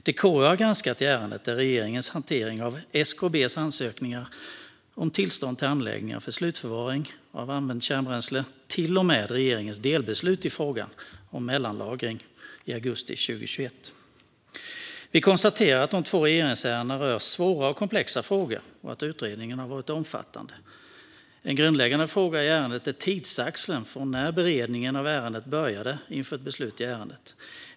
Det KU har granskat i ärendet är regeringens hantering av SKB:s ansökningar om tillstånd till anläggningar för slutförvaring av använt kärnbränsle till och med regeringens delbeslut i fråga om mellanlagring i augusti 2021. Vi konstaterar att de två regeringsärendena rör svåra och komplexa frågor och att utredningen varit omfattande. En grundläggande fråga i ärendet är tidsaxeln från när beredning av ärendet började inför ett beslut i ärendet.